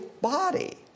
body